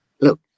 look